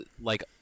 like-